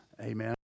amen